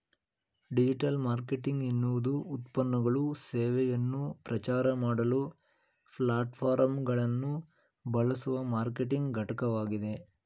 digital marketing ಎನ್ನುವುದುಉತ್ಪನ್ನಗಳು ಸೇವೆಯನ್ನು ಪ್ರಚಾರಮಾಡಲು ಪ್ಲಾಟ್ಫಾರ್ಮ್ಗಳನ್ನುಬಳಸುವಮಾರ್ಕೆಟಿಂಗ್ಘಟಕವಾಗಿದೆ